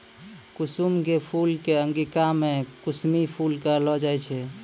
कुसुम के फूल कॅ अंगिका मॅ कुसमी फूल कहलो जाय छै